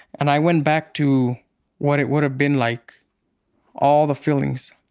and i went back to what it would've been like all the feelings,